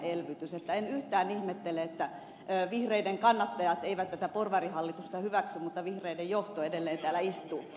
en yhtään ihmettele että vihreiden kannattajat eivät tätä porvarihallitusta hyväksy mutta vihreiden johto edelleen täällä istuu